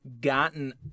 gotten